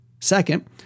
Second